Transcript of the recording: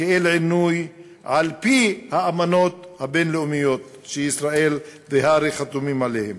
כאל עינוי על-פי האמנות הבין-לאומיות שישראל והר"י חתומות עליהן.